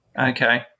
Okay